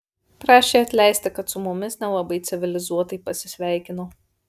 prašė atleisti kad su mumis nelabai civilizuotai pasisveikino